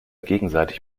gegenseitig